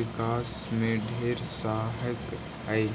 विकास में ढेर सहायक हई